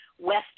West